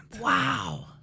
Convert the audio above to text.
Wow